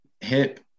hip